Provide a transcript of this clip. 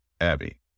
abby